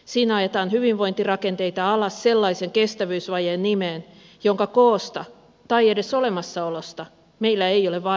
siinä ajetaan hyvinvointirakenteita alas sellaisen kestävyysvajeen nimeen jonka koosta tai edes olemassaolosta meillä ei ole varmuutta